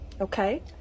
Okay